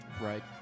Right